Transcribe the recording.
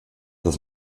das